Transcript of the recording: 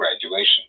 graduation